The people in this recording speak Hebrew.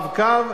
"רב-קו",